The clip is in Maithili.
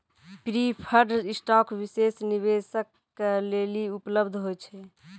प्रिफर्ड स्टाक विशेष निवेशक के लेली उपलब्ध होय छै